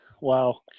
Wow